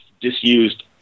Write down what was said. disused